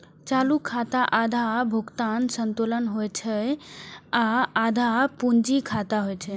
चालू खाता आधा भुगतान संतुलन होइ छै आ आधा पूंजी खाता होइ छै